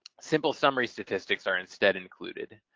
simple summary statistics are instead included.